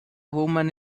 woman